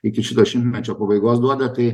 iki šito šimtmečio pabaigos duoda tai